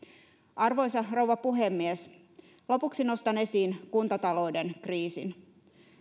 arvoisa rouva puhemies lopuksi nostan esiin kuntatalouden kriisin